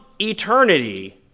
eternity